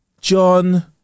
John